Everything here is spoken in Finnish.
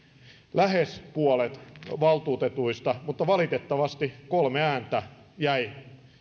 lähes puolet valtuutetuista mutta valitettavasti kolme ääntä jäi